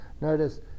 Notice